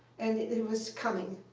and it was coming.